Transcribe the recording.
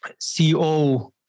CEO